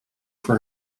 for